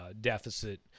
deficit